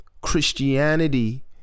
Christianity